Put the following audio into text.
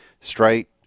straight